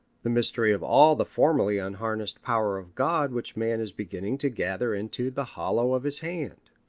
the mystery of all the formerly unharnessed power of god which man is beginning to gather into the hollow of his hand.